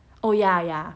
oh ya ya